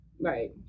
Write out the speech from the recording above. Right